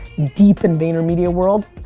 deep in vaynermedia world,